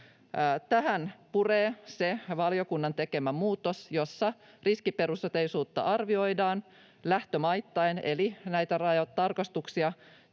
Tähän puree se valiokunnan tekemä muutos, jossa riskiperusteisuutta arvioidaan lähtömaittain, eli näitä terveystodistuksia